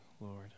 Lord